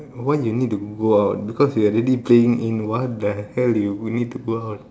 why you need to go out because you're already playing in what the hell you only need to go out